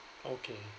okay